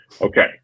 Okay